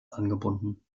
angebunden